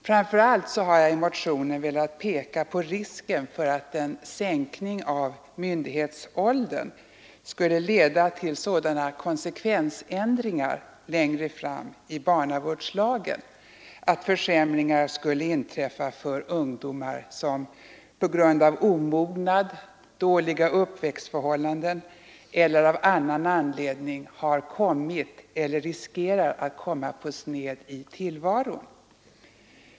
Franför allt har jag i motionen pekat på risken för att en sänkning av myndighetsåldern skulle leda till sådana konsekvensändringar längre fram i barnavårdslagen, att försämringar skulle inträffa för ungdomar som på grund av omognad, dåliga uppväxtförhållanden eller av annan anledning har kommit eller riskerar att komma på sned i tillvaron.